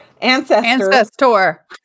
Ancestor